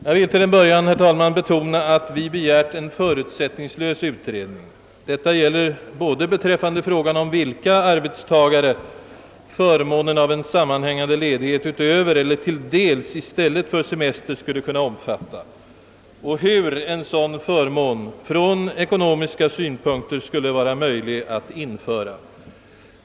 Jag vill till en början, herr talman, betona att vi begärt en förutsättningslös utredning. Detta gäller både beträffande frågan vilka arbetstagare som förmånen av en sammanhängande ledighet utöver eller till dels i stället för semester skulle kunna omfatta och hur en sådan förmån från ekonomiska synpunkter skulle vara möjlig att införa.